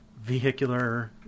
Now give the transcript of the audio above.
vehicular